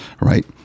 right